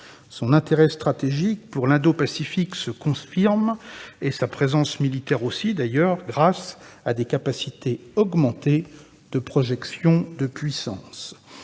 Son intérêt stratégique pour l'Indopacifique se confirme, de même que sa présence militaire, grâce à des capacités augmentées de projection de puissance.